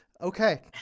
Okay